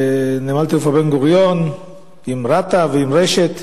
בנמל התעופה בן-גוריון עם רת"א ועם רש"ת